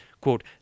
quote